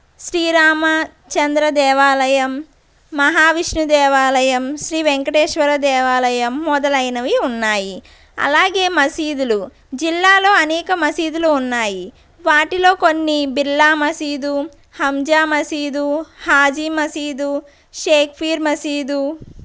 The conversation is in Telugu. శ్రీరామ చంద్ర దేవాలయం మహావిష్ణు దేవాలయం శ్రీ వెంకటేశ్వర దేవాలయం మొదలైనవి ఉన్నాయి అలాగే మసీదులు జిల్లాలో అనేక మసీదులు ఉన్నాయి వాటిలో కొన్ని బిర్లా మసీదు హంజా మసీదు హాజీ మసీదు షేఖ్ఫిర్ మసీదు